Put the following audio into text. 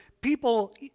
people